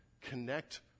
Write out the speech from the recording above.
Connect